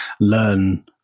learn